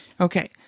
Okay